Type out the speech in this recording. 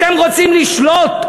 אתם רוצים לשלוט.